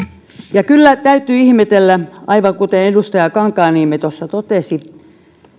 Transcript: ja kyllä täytyy ihmetellä aivan kuten edustaja kankaanniemi tuossa totesi